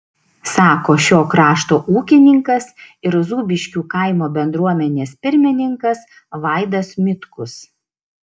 sako šio krašto ūkininkas ir zūbiškių kaimo bendruomenės pirmininkas vaidas mitkus